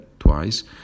Twice